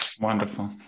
Wonderful